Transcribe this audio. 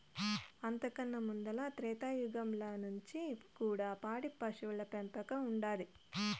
అంతకన్నా ముందల త్రేతాయుగంల నుంచి కూడా పాడి పశువుల పెంపకం ఉండాది